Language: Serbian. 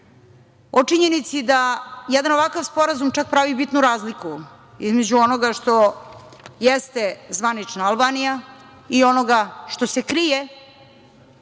o činjenici da jedan ovakav sporazum čak pravi bitnu razliku između onoga što jeste zvanična Albanija i onoga što se krije